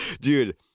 Dude